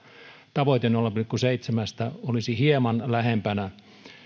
tavoite nolla pilkku seitsemästä olisi hieman lähempänä